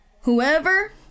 Whoever